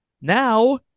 Now